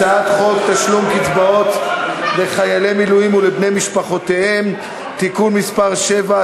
הצעת חוק תשלום קצבאות לחיילי מילואים ולבני משפחותיהם (תיקון מס' 7),